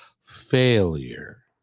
failure